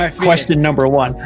um question number one,